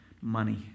money